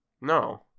no